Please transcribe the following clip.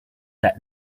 that